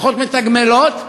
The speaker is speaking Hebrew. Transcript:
פחות מתגמלות.